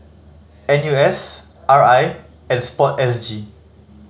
N U S R I and Sport S G